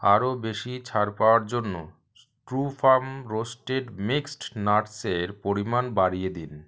আরও বেশি ছাড় পাওয়ার জন্য ট্রুফার্ম রোস্টেড মিক্সড নাটসের পরিমাণ বাড়িয়ে দিন